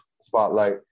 spotlight